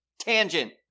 Tangent